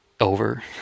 over